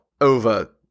over